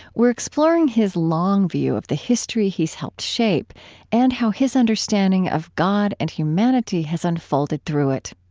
we're exploring his long view of the history he's helped shape and how his understanding of god and humanity has unfolded through it.